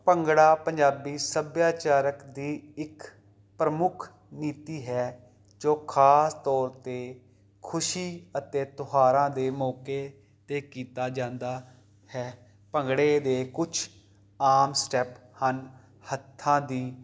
ਭੰਗੜਾ ਪੰਜਾਬੀ ਸੱਭਿਆਚਾਰਕ ਦੀ ਇੱਕ ਪ੍ਰਮੁੱਖ ਨੀਤੀ ਹੈ ਜੋ ਖ਼ਾਸ ਤੌਰ 'ਤੇ ਖੁਸ਼ੀ ਅਤੇ ਤਿਉਹਾਰਾਂ ਦੇ ਮੌਕੇ 'ਤੇ ਕੀਤਾ ਜਾਂਦਾ ਹੈ ਭੰਗੜੇ ਦੇ ਕੁਛ ਆਮ ਸਟੈਪ ਹਨ ਹੱਥਾਂ ਦੀ